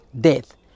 death